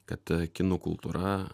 kad kinų kultūra